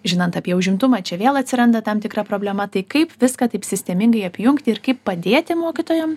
žinant apie užimtumą čia vėl atsiranda tam tikra problema tai kaip viską taip sistemingai apjungti ir kaip padėti mokytojam